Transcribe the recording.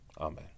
Amen